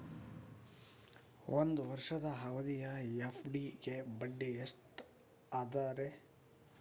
ಒಂದ್ ವರ್ಷದ ಅವಧಿಯ ಎಫ್.ಡಿ ಗೆ ಬಡ್ಡಿ ಎಷ್ಟ ಅದ ರೇ?